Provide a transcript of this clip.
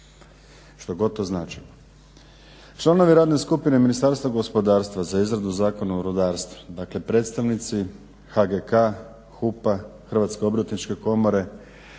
što god to značilo. Članovi radne skupine Ministarstva gospodarstva za izradu Zakona o rudarstvu, dakle predstavnici HGK, HUP-a, Hrvatske obrtničke komore,